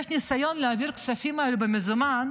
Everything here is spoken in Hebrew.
יש ניסיון להעביר את הכספים האלה במזומן,